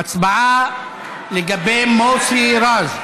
ההצבעה לגבי מוסי רז.